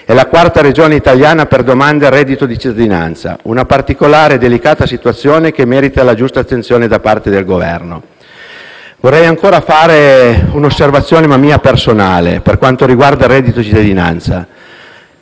è la quarta Regione italiana per domande di reddito di cittadinanza; si tratta, dunque, di una particolare e delicata situazione che merita la giusta attenzione da parte del Governo. Vorrei poi fare una mia osservazione personale per quanto riguarda il reddito di cittadinanza.